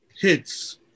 hits